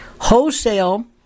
wholesale